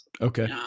okay